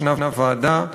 ישנה ועדה ציבורית,